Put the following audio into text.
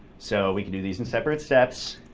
so we can do these in separate steps,